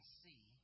see